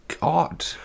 god